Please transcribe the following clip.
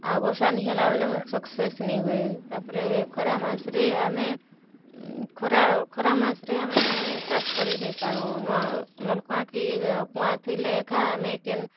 ଆର୍ ବର୍ଷା ନି ହେଲା ବେଲେ ମୁଗ୍ ସକ୍ସେସ୍ ନାଇଁ ହୁଏ ତା'ର୍ପରେ ଖରା ମାସ୍ରେ ଆମେ ଖରା ଖରା ମାସ୍ରେ ଆମେ ଚାଷ୍ କରି ନାଇଁ ପାରୁଁ ନଲ୍କୁଆଁ କି କୁଆଁ ଥିଲେ ଏକା ଆମେ କେନ୍